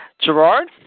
Gerard